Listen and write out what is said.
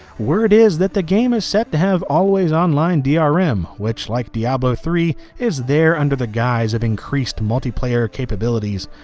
word is that the game is set to have always online drm. um which like diablo three is there under the guise of increased multiplayer capabilities.